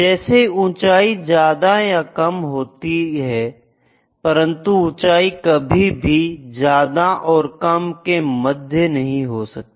जैसे ऊंचाई ज्यादा या कम हो सकती है परंतु ऊंचाई कभी भी ज्यादा और कम के मध्य नहीं हो सकती